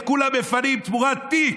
את כולם מפנים תמורת תיק,